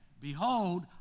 Behold